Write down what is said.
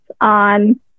on